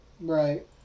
Right